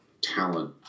talent